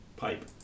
Pipe